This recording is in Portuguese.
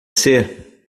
ser